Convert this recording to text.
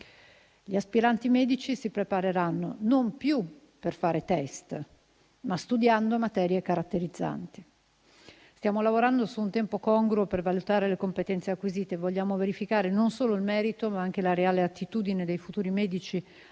Gli aspiranti medici si prepareranno non più per fare *test*, ma studiando materie caratterizzanti. Stiamo lavorando su un tempo congruo per valutare le competenze acquisite; vogliamo verificare non solo il merito, ma anche la reale attitudine dei futuri medici